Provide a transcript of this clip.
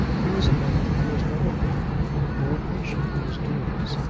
he was a man who was never hurried or impatient in his doings.